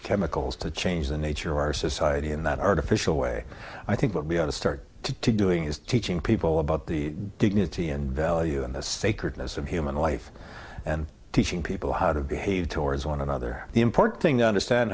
chemicals to change the nature of our society in that artificial way i think what we have to start to doing is teaching people about the dignity and value and the sacredness of human life and teaching people how to behave towards one another the important thing to understand